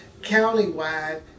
countywide